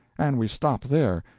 and we stop there.